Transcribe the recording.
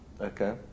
Okay